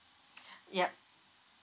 yup